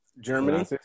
Germany